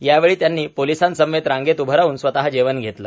यावेळी त्यांनी पोलीसांसमवेत रांगेत उभे राहून स्वतः जेवण घेतले